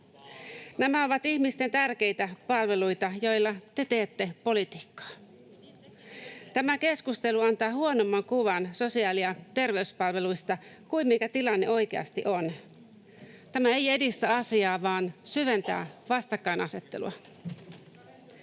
Nämä ovat ihmisten tärkeitä palveluita, joilla te teette politiikkaa. Tämä keskustelu antaa huonomman kuvan sosiaali- ja terveyspalveluista kuin mikä tilanne oikeasti on. Tämä ei edistä asiaa, vaan syventää vastakkainasettelua.